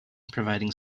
providing